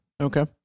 Okay